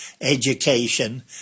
education